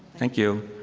thank you.